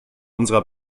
unserer